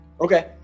Okay